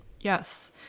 Yes